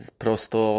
prosto